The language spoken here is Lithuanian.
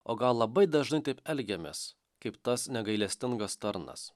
o gal labai dažnai taip elgiamės kaip tas negailestingas tarnas